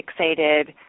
fixated